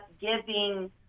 giving